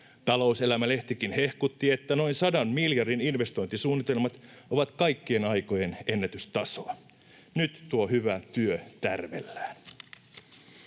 Talouselämä-lehtikin hehkutti, että noin 100 miljardin investointisuunnitelmat ovat kaikkien aikojen ennätystasoa. Nyt tuo hyvä työ tärvellään.